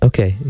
Okay